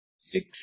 6LoWPAN 802